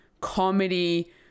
comedy